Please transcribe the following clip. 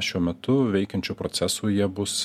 šiuo metu veikiančių procesų jie bus